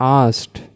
asked